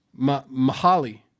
Mahali